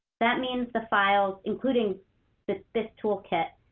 that means the files, including this this toolkit,